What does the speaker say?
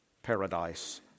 Paradise